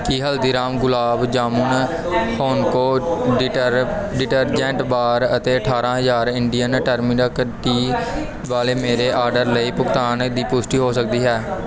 ਕੀ ਹਲਦੀਰਾਮ ਗੁਲਾਬ ਜਾਮੁਨ ਹੋਨਕੋ ਡਿਟਰ detergent bar ਅਤੇ ਅਠਾਰ੍ਹਾਂ ਹਜ਼ਾਰ ਇੰਡੀਅਨ ਟਰਮੀਨਕ ਟੀ ਵਾਲੇ ਮੇਰੇ ਆਰਡਰ ਲਈ ਭੁਗਤਾਨ ਦੀ ਪੁਸ਼ਟੀ ਹੋ ਸਕਦੀ ਹੈ